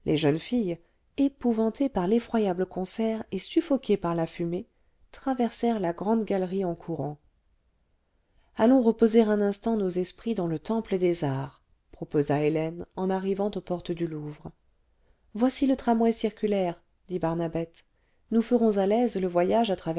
la grande galerie en courant siècle allons reposer un instant nos esprits dans le temple des arts proposa hélène en arrivant aux portes du louvre voici le tramway circulaire dit barnabette nous ferons à l'aise le voyage